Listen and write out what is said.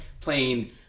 playing